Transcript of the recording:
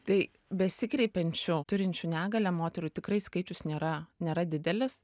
tai besikreipiančių turinčių negalią moterų tikrai skaičius nėra nėra didelis